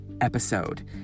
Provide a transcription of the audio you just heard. episode